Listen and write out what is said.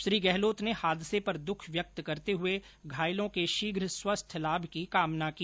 श्री गहलोत ने हादसे पर दुख व्यक्त करते हुए घायलों के शीघ्र स्वास्थ्य लाभ की कामना की